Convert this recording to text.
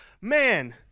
Man